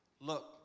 Look